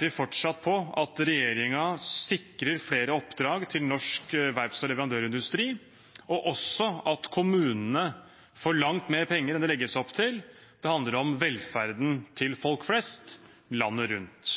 vi fortsatt på at regjeringen sikrer flere oppdrag til norsk verfts- og leverandørindustri, og at kommunene får langt mer penger enn det legges opp til. Det handler om velferden til folk flest landet rundt.